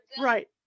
right